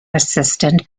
assistant